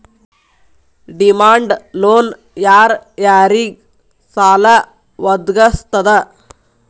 Demand loan ಯಾರ್ ಯಾರಿಗ್ ಸಾಲಾ ವದ್ಗಸ್ತದ?